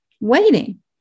waiting